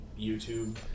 YouTube